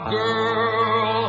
girl